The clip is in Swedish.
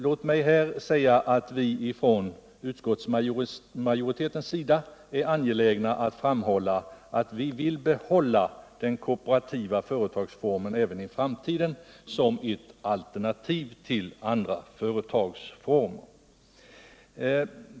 Låt mig här säga att vi från utskottsmajoritetens sida är angelägna att framhålla att vi som ett alternativ till andra företagsformer vill behålla den kooperativa företagsformen även i framtiden.